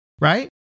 right